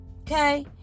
okay